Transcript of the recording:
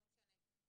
לא משנה,